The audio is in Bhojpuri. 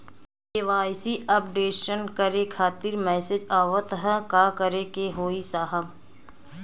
के.वाइ.सी अपडेशन करें खातिर मैसेज आवत ह का करे के होई साहब?